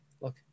Look